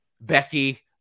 Becky